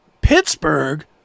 Pittsburgh